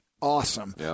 awesome